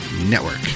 network